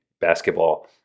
basketball